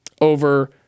over